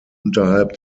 unterhalb